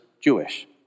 Jewish